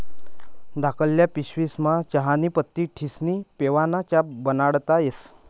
धाकल्ल्या पिशवीस्मा चहानी पत्ती ठिस्नी पेवाना च्या बनाडता येस